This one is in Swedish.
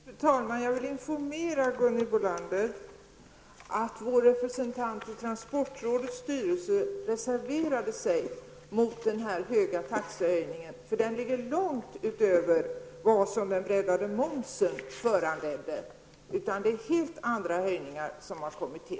Fru talman! Jag vill informera Gunhild Bolander om att vår representant i transportrådets styrelse reserverade sig mot den stora taxehöjningen, för den går långt utöver vad som föranleds av den breddade momsen.